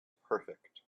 perfect